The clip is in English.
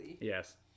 Yes